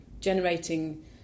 generating